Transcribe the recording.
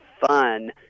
fun